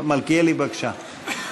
בבקשה.